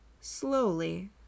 slowly